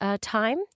time